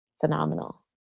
phenomenal